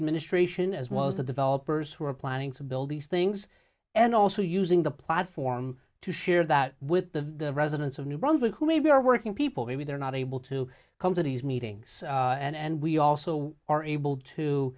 administration as well as the developers who are planning to build these things and also using the platform to share that with the residents of new brunswick who maybe are working people who are not able to come to these meetings and we also are able